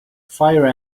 fire